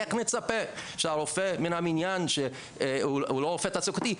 איך נצפה שהרופא מן המניין שהוא לא רופא תעסוקתי,